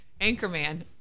Anchorman